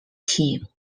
team